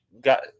got